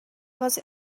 was